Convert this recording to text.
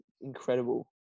incredible